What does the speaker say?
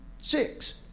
six